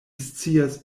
scias